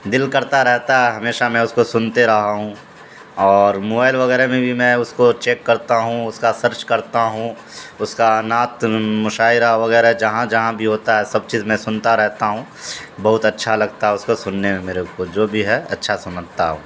دل کرتا رہتا ہے ہمیشہ میں اس کو سنتے رہا ہوں اور موبائل وغیرہ میں بھی میں اس کو چیک کرتا ہوں اس کا سرچ کرتا ہوں اس کا نعت مشاعرہ وغیرہ جہاں جہاں بھی ہوتا ہے سب چیز میں سنتا رہتا ہوں بہت اچھا لگتا ہے اس کو سننے میں میرے کو جو بھی ہے اچھا سنھتا ہو